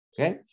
Okay